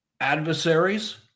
adversaries